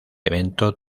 evento